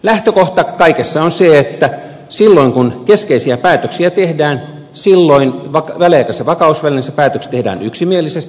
lähtökohta kaikessa on se että silloin kun keskeisiä päätöksiä tehdään silloin väliaikaisessa vakausvälineessä päätökset tehdään yksimielisesti